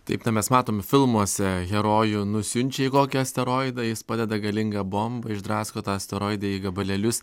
taip tai mes matom filmuose herojų nusiunčia į kokį asteroidą jis padeda galingą bombą išdrasko tą asteroidą į gabalėlius